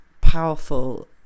powerful